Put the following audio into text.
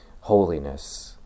Holiness